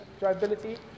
drivability